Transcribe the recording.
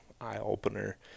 eye-opener